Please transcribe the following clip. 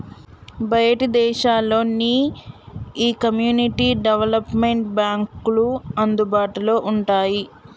బయటి దేశాల్లో నీ ఈ కమ్యూనిటీ డెవలప్మెంట్ బాంక్లు అందుబాటులో వుంటాయి